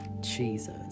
Jesus